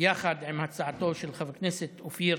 יחד עם הצעתו של חבר הכנסת אופיר